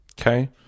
Okay